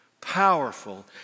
powerful